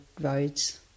roads